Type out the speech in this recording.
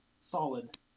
solid